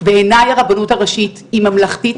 בעיניי הרבנות הראשית היא ממלכתית,